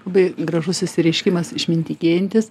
labai gražus išsireiškimas išmintigėjantis